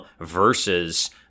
versus